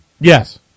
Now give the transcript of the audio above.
Yes